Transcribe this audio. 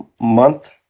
month